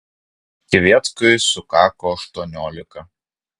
kvietkui sukako aštuoniolika